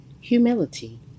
humility